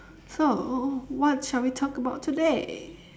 so what shall we talk about today